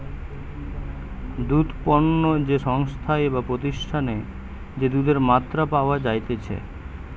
দুধ পণ্য যে সংস্থায় বা প্রতিষ্ঠানে যে দুধের মাত্রা পাওয়া যাইতেছে